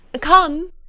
come